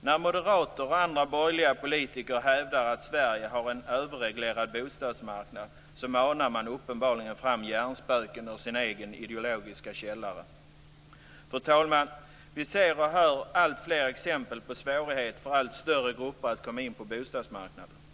När moderater och andra borgerliga politiker hävdar att Sverige har en överreglerad bostadsmarknad, så manar man uppenbarligen fram hjärnspöken ur sin egen ideologiska källare. Fru talman! Vi ser och hör alltfler exempel på svårigheter för allt större grupper att komma in på bostadsmarknaden.